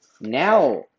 Now